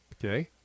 okay